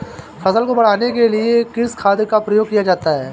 फसल को बढ़ाने के लिए किस खाद का प्रयोग किया जाता है?